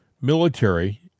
military